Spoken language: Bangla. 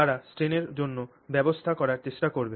তারা স্ট্রেনের জন্য ব্যবস্থা করার চেষ্টা করবে